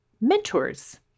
mentors